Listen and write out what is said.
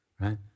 right